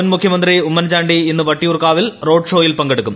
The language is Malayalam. മുൻ മുഖ്യമന്ത്രി ഉമ്മൻചാണ്ടി ഇന്ന് വട്ടിയൂർക്കാവിൽ റോഡ്ഷോയിൽ പങ്കെടുക്കും